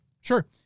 Sure